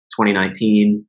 2019